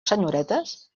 senyoretes